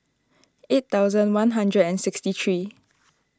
eight thousand one hundred and sixty three